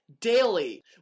daily